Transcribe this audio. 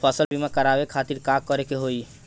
फसल बीमा करवाए खातिर का करे के होई?